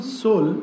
soul